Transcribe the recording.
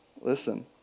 Listen